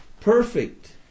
perfect